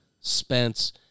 Spence